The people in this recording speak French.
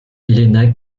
helena